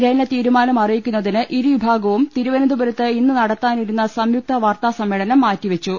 ലയന തീരുമാനം അറിയി ക്കുന്നതിന് ഇരുവിഭാഗവും തിരുവനന്തപുരത്ത് ഇന്ന് നടത്താനി രുന്ന സംയുക്ത വാർത്താസമ്മേളനം മാറ്റിവെച്ചു